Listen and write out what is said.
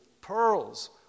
pearls